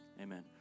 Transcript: Amen